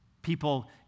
People